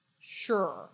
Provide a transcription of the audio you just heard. sure